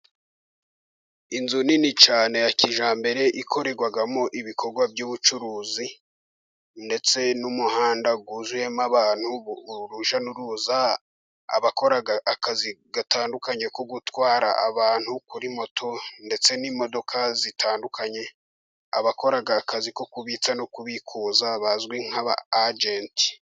Inzu nini cyane ya kijyambere ikorerwamo ibikorwa by'ubucuruzi ndetse n'umuhanda wuzuyemo abantu urujya n'uruza. Abakora akazi gatandukanye ko gutwara abantu kuri moto ndetse n'imodoka zitandukanye, abakora akazi ko kubitsa no kubikuza bazwi nk'aba ajenti.